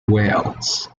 wales